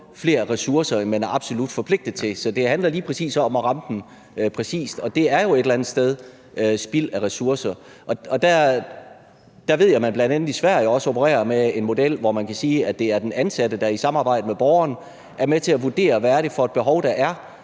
flere ressourcer, end man er absolut forpligtet til. Så det handler lige præcis om at ramme det præcist, og det er jo et eller andet sted et spild af ressourcer. Og der ved jeg, at man bl.a. i Sverige opererer med en model, hvor det er den ansatte, der i samarbejde med borgeren, er med til at vurdere, hvad det er for et behov, der er.